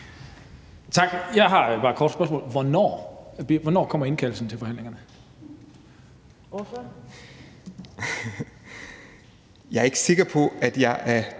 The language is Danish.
Hvornår kommer indkaldelsen til forhandlingerne?